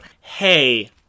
hey